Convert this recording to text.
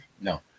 No